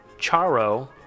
Charo